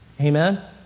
Amen